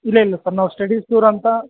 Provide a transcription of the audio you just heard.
ಇಲ್ಲ ಇಲ್ಲ ಸರ್ ನಾವು ಸ್ಟಡೀಸ್ ಟೂರ್ ಅಂತ